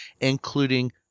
including